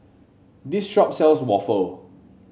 this shop sells waffle